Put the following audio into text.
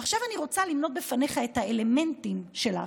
עכשיו אני רוצה למנות בפניך את האלמנטים של ההפיכה.